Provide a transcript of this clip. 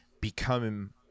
become